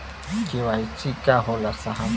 KYC का होला साहब?